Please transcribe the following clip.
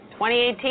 2018